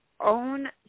own